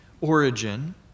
origin